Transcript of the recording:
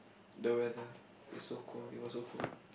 the weather is so cold it was so cold